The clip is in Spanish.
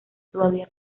todavía